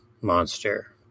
monster